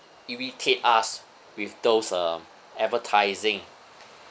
irritate us with those uh advertising